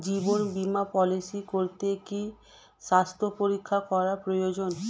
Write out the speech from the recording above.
জীবন বীমা পলিসি করতে কি স্বাস্থ্য পরীক্ষা করা প্রয়োজন?